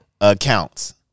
accounts